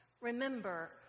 Remember